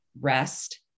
rest